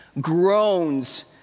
groans